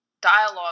dialogue